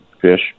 fish